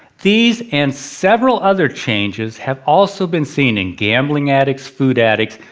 these and several other changes have also been seen in gambling addicts, food addicts,